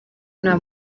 nta